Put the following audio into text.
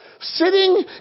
sitting